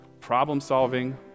problem-solving